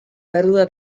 pèrdua